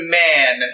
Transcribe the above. man